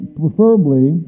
preferably